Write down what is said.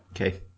Okay